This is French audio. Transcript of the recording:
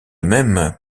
même